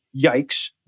Yikes